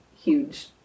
huge